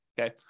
okay